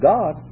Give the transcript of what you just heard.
God